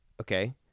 Okay